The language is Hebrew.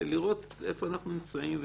לראות איפה אנחנו נמצאים.